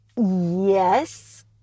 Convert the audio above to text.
Yes